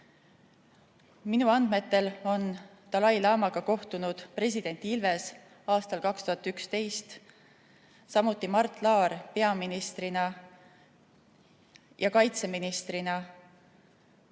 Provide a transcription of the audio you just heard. Minu andmetel on dalai-laamaga kohtunud president Ilves aastal 2011, samuti Mart Laar peaministri ja kaitseministrina.